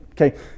Okay